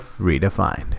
Redefined